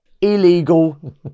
illegal